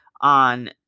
on